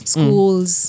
Schools